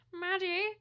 Maddie